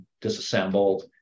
disassembled